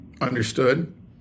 Understood